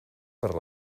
per